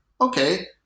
Okay